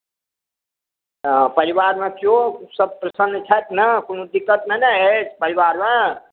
हँ परिवारमे केयो सभ प्रसन्न छथि ने कोनो दिक्कत नहि ने अछि परिवारमे